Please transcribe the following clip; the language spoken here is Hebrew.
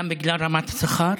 גם בגלל רמת השכר,